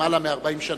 מ-40 שנה.